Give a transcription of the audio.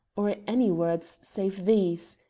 or any words save these,